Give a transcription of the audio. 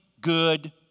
good